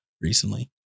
recently